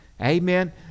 Amen